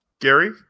Gary